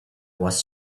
was